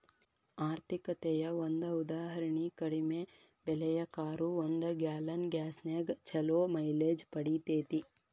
ಆರ್ಥಿಕತೆಯ ಒಂದ ಉದಾಹರಣಿ ಕಡಿಮೆ ಬೆಲೆಯ ಕಾರು ಒಂದು ಗ್ಯಾಲನ್ ಗ್ಯಾಸ್ನ್ಯಾಗ್ ಛಲೋ ಮೈಲೇಜ್ ಪಡಿತೇತಿ